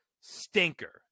Stinker